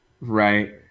Right